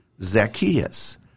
Zacchaeus